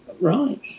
right